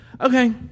okay